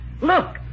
look